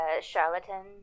Charlatan